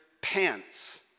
pants